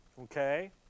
Okay